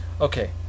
Okay